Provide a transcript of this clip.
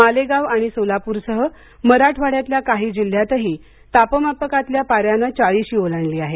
मालेगाव आणि सोलापूर सह मराठवाड्यातल्या काही जिल्ह्यातही तापमाकातल्या पाऱ्यानं चाळीशी ओलांडली आहे